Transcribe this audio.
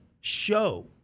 show